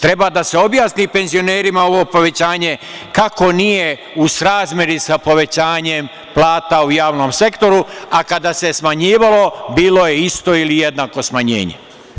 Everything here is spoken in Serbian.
Treba da se objasni penzionerima ovo povećanje, kako nije u srazmeri sa povećanjem plata u javnom sektoru, a kada se smanjivalo, bilo je isto ili jednako smanjenje.